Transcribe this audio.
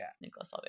Nicholas